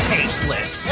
Tasteless